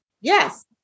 Yes